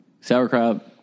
Sauerkraut